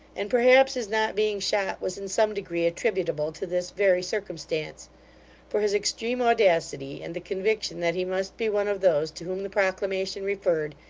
and perhaps his not being shot was in some degree attributable to this very circumstance for his extreme audacity, and the conviction that he must be one of those to whom the proclamation referred,